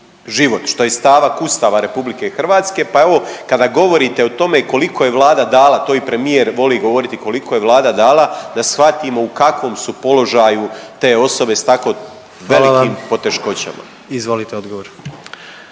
život što je stavak Ustava RH, pa evo kada govorite o tome koliko je Vlada dala, to i premijer voli govoriti koliko je Vlada dala da shvatimo u kakvom su položaju te osobe s tako velikim …/Upadica: Hvala vam./… poteškoćama.